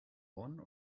one